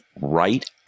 right